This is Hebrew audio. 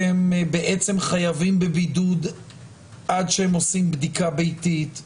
הם חייבים בבידוד עד שהם עושים בדיקה ביתית.